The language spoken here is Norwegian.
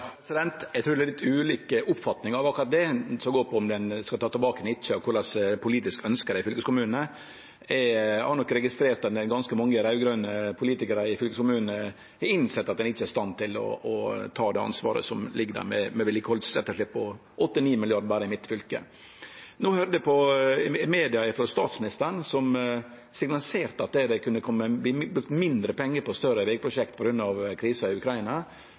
er i fylkeskommunane. Eg har nok registrert at ganske mange raud-grøne politikarar i fylkeskommunane har innsett at ein ikkje er i stand til å ta det ansvaret som ligg der med vedlikehaldsetterslep, på 8–9 mrd. kr berre i mitt fylke. No høyrde eg i media at statsministeren signaliserte at det kan verte brukt mindre pengar på større vegprosjekt og på samferdsel generelt på grunn av krisa i Ukraina.